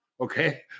Okay